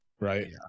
Right